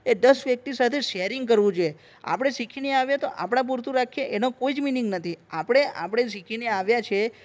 એ દસ વ્યક્તિ સાથે શેરિંગ કરવું જોઈએ આપણે શીખીને આવીએ તો આપણા પુરતું રાખીએ એનો કોઈ જ મિનિગ નથી આપણે આપણે શીખીને આવ્યા છીએ